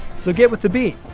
so get with the beat